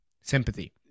sympathy